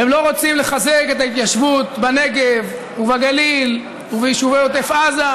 הם לא רוצים לחזק את ההתיישבות בנגב ובגליל וביישובי עוטף עזה,